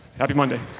happy monday.